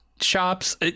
shops